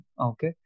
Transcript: okay